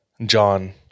John